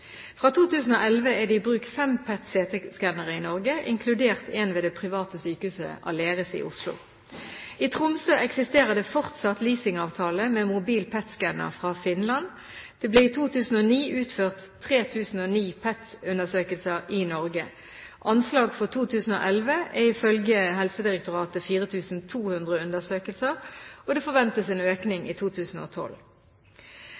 Fra 2011 er det i bruk fem PET-CT-skannere i Norge, inkludert en ved det private sykehuset Aleris i Oslo. I Tromsø eksisterer det fortsatt leasingavtale med mobil PET-skanner fra Finland. Det ble i 2009 utført 3 900 PET-undersøkelser i Norge. Anslag for 2011 er ifølge Helsedirektoratet 4 200 undersøkelser. Det forventes en